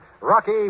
Rocky